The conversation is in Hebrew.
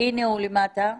רואים למטה באוטו.